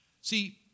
See